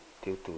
due to